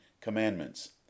Commandments